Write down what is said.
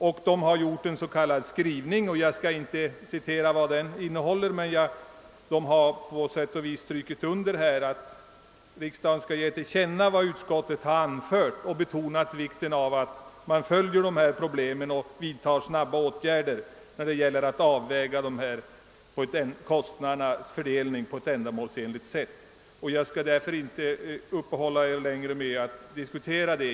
Utskottet har gjort en skrivning som jag inte skall citera, men utskottet vill att riksdagen skall ge till känna vad utskottet har anfört och betonar vikten av att man följer dessa problem och vidtar snabba åtgärder när det gäller att avväga kostnadernas fördelning på ett ändamålsenligt sätt. Jag skall därför inte uppehålla mig längre vid detta.